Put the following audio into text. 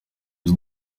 was